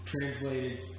translated